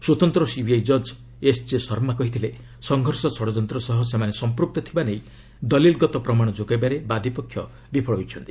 ସ୍ୱତନ୍ତ୍ର ସିବିଆଇ ଜଜ୍ ଏସ୍ଜେ ଶର୍ମା କହିଥିଲେ ସଂଘର୍ଷ ଷଡ଼ଯନ୍ତ୍ର ସହ ସେମାନେ ସଂପୂକ୍ତ ଥିବା ନେଇ ଦଲିଲ୍ଗତ ପ୍ରମାଣ ଯୋଗାଇବାରେ ବାଦିପକ୍ଷ ବିଫଳ ହୋଇଛନ୍ତି